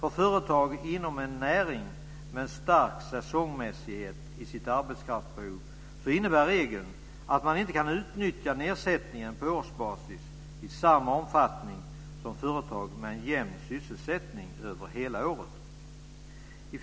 För företag inom en näring med stark säsongsmässighet i sitt arbetskraftsbehov innebär regeln att man inte kan utnyttja nedsättningen på årsbasis i samma omfattning som företag med en jämn sysselsättning över hela året.